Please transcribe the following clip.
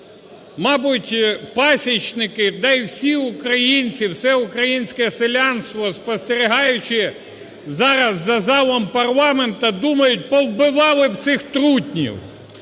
мабуть, пасічники та і всі українці, все українське селянство, спостерігаючи зараз за залом парламенту, думають, повбивали б цих трутнів.